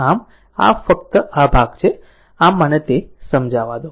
આમ ફક્ત આ ભાગ છે આમ મને તે સમજાવા દો